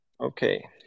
okay